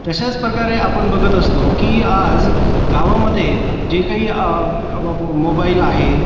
तशाच प्रकारे आपण बघत असतो की आज गावामध्ये जे काही मोबाईल आहे